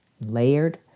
layered